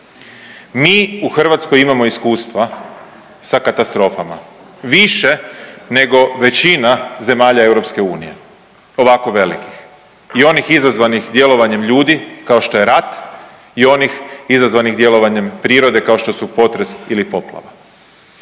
Mi u Hrvatskoj imamo iskustva sa katastrofama više nego većina zemalja EU ovako velikih i onih izazvanih djelovanjem ljudi kao što je rat i onih izazvanih djelovanjem prirode kao što su potres ili poplava.